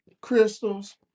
crystals